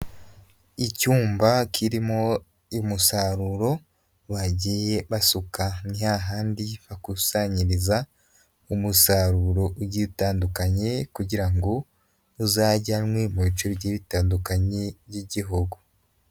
Icyumba kirimo umusaruro bagiye basuka, ni hahandi bakusanyiriza umusaruro ugiye utandukanye kugira ngo uzajyanwe mu bice bigiye bitandukanye by'Igihugu.